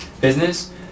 business